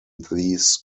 these